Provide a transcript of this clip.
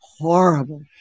horrible